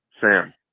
Sam